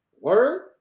Word